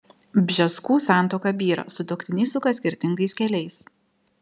bžeskų santuoka byra sutuoktiniai suka skirtingais keliais